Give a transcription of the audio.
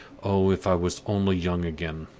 oh, if i was only young again!